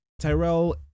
Tyrell